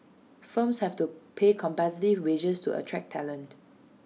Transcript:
firms have to pay competitive wages to attract talent